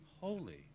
holy